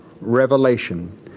revelation